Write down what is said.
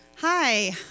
Hi